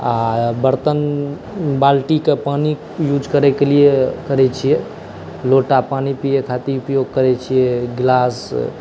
आ बरतन बाल्टी के पानि युज करै के लिए करै छियै लोटा पानि पियै खातीर उपयोग करै छियै गिलास